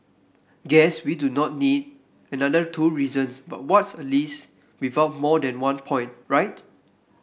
guess we do not need another two reasons but what's a list without more than one point right